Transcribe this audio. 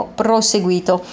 proseguito